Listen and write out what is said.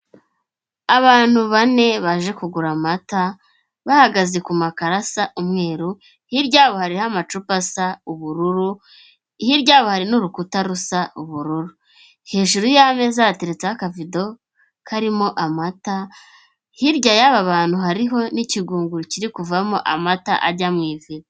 Abantu bane baje kugura amata, bahagaze ku makaro asa umweru, hirya yabo hariho amacupa asa ubururu, hirya yabo hari n'urukuta rusa ubururu, hejuru y'ameza yateretseho akavido karimo amata, hirya y'aba bantu hariho n'ikigunguru kiri kuvamo amata ajya mu ivido.